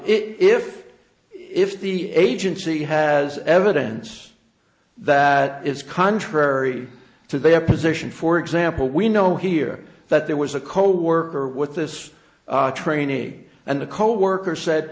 if if the agency has evidence that is contrary to their position for example we know here that there was a coworker with this trainee and a coworker said